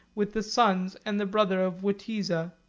with the sons and the brother of witiza.